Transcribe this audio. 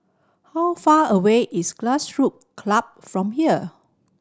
how far away is Grassroot Club from here